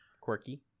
quirky